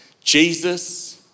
Jesus